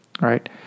right